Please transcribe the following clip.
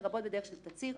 לרבות בדרך של תצהיר,